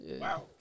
Wow